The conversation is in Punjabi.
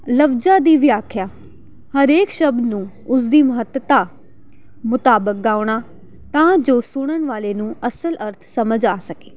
ਲਫਜ਼ਾਂ ਦੀ ਵਿਆਖਿਆ ਹਰੇਕ ਸ਼ਬਦ ਨੂੰ ਉਸ ਦੀ ਮਹੱਤਤਾ ਮੁਤਾਬਕ ਗਾਉਣਾ ਤਾਂ ਜੋ ਸੁਣਨ ਵਾਲੇ ਨੂੰ ਅਸਲ ਅਰਥ ਸਮਝ ਆ ਸਕੇ